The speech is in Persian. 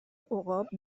عقاب